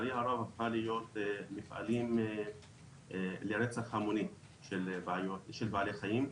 לצערי הרב הפכה להיות מפעלים לרצח המוני של בעלי חיים.